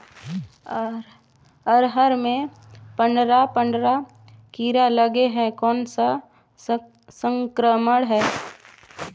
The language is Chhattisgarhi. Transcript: अरहर मे पंडरा पंडरा कीरा लगे हे कौन सा संक्रमण हे?